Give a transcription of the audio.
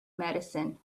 medicine